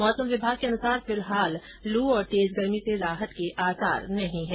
मौसम विभाग के अनुसार फिलहाल लू और तेज गर्मी से राहत के आसार नहीं है